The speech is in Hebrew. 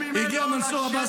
יותר מהפשיסט איתמר בן גביר.